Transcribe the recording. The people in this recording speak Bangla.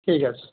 ঠিক আছে